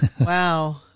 Wow